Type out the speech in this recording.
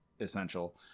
essential